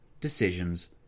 decisions